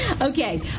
Okay